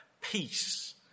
peace